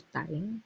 time